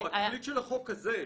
לא, התכלית של החוק הזה.